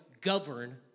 govern